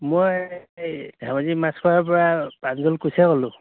মই ধেমাজি মাছখোৱাৰ পৰা ক'লোঁ